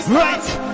right